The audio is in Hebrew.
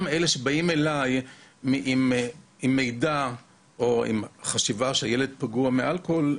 גם אלה שבאים אליי עם מידע או עם חשיבה שהילד פגוע מאלכוהול,